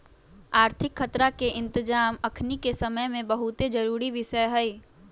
आर्थिक खतरा के इतजाम अखनीके समय में बहुते जरूरी विषय हइ